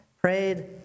prayed